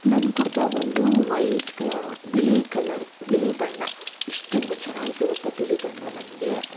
ನನ್ನ ಕುಡ್ತಾ ಬಂದು ವೈಟ್ ಕ ಬಿಳಿ ಕಲರ್ ಬಿಳಿ ಬಣ್ಣ ಎಷ್ಟು ಚೆನ್ನಾಗಿತ್ತು ಗೊತ್ತಾ ಬಿಳಿ ಬಣ್ಣ ನನಗೆ